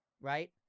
right